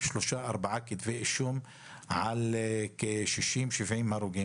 שלושה ארבעה כתבי אישום על 60 70 הרוגים,